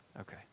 Okay